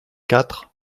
quatre